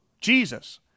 Jesus